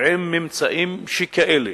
עם ממצאים שכאלה,